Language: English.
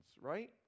right